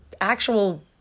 actual